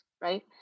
right